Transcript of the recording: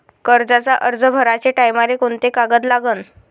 कर्जाचा अर्ज भराचे टायमाले कोंते कागद लागन?